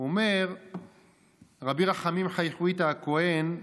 אומר רבי רחמים חי חוויתה הכהן: